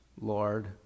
Lord